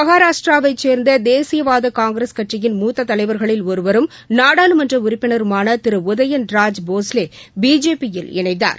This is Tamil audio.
மகாராஷ்டிராவைச் சோ்ந்த தேசியவாத காங்கிரஸ் கட்சியின் மூத்த தலைவர்களில் ஒருவரும் நாடாளுமன்ற உறுப்பினருமான திரு உதயன்ராஜ் போஸ்லே பிஜேபி யில் இணைந்தார்